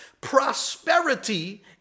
prosperity